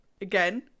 Again